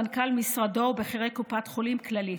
מנכ"ל משרדו ובכירי קופת חולים כללית.